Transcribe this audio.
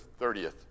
30th